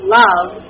love